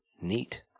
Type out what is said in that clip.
Neat